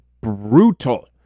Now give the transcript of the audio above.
brutal